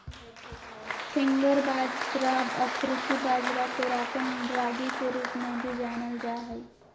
finger बाजरा अफ्रीकी बाजरा कोराकन रागी के रूप में भी जानल जा हइ